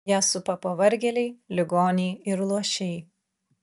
ją supa pavargėliai ligoniai ir luošiai